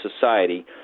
society